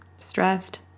stressed